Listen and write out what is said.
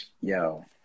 yo